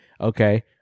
Okay